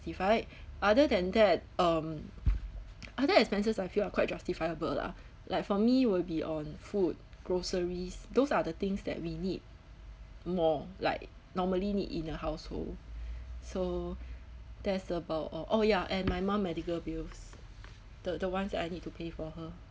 unjustified other than that um other expenses I feel are quite justifiable lah like for me will be on food groceries those are the things that we need more like normally need in a household so that's about all oh ya and my mom medical bills the the ones that I need to pay for her